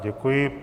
Děkuji.